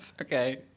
Okay